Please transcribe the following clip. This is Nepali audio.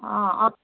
अँ अँ